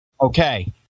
Okay